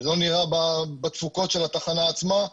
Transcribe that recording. לא נראה בתפוקות של התחנה עצמה,